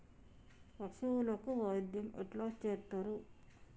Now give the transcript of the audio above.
పశువులకు వైద్యం ఎట్లా చేత్తరు?